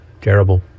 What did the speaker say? Terrible